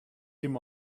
dim